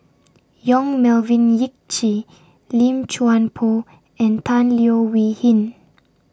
Yong Melvin Yik Chye Lim Chuan Poh and Tan Leo Wee Hin